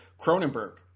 cronenberg